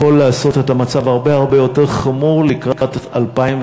יכול לעשות את המצב הרבה הרבה יותר חמור לקראת 2015,